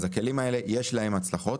לכלים האלה יש הצלחות.